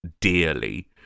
dearly